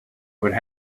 would